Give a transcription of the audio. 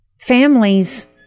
families